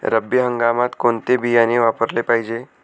रब्बी हंगामात कोणते बियाणे वापरले पाहिजे?